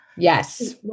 Yes